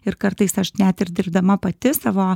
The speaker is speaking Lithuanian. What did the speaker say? ir kartais aš net ir dirbdama pati savo